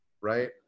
right